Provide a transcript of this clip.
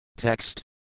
Text